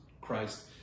Christ